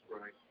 right